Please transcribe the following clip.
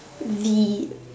the